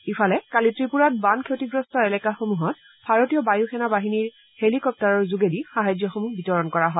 ইফালে কালি ব্ৰিপূৰাত বানক্ষতিগ্ৰস্ত এলেকা সমূহত ভাৰতীয় বায়ুসেনা বাহিনী হেলিকপ্টাৰ যোগেদি সাহায্যসমূহ বিতৰণ কৰা হয়